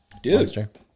dude